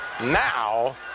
now